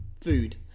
food